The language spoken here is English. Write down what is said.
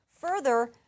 Further